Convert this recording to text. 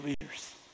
leaders